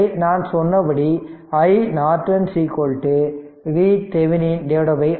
எனவே நான் சொன்னபடி in VThevenin RThevenin